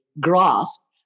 grasp